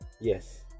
Yes